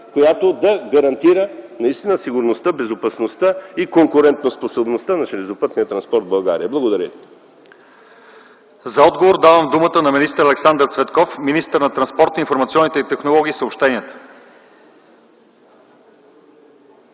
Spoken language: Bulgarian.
която да гарантира наистина сигурността, безопасността и конкурентоспособността на железопътния транспорт в България. Благодаря. ПРЕДСЕДАТЕЛ ЛЪЧЕЗАР ИВАНОВ: За отговор давам думата на министър Александър Цветков – министър на транспорта, информационните технологии и съобщенията.